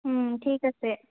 ঠিক আছে